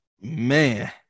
Man